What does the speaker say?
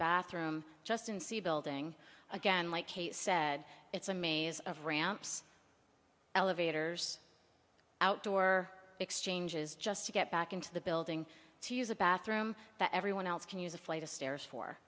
bathroom justin see a building again like kate said it's a maze of ramps elevators outdoor exchanges just to get back into the building to use a bathroom that everyone else can use a flight of stairs for